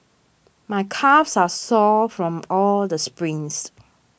my calves are sore from all the sprints